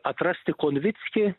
atrasti konvickį